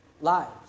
lives